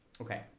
okay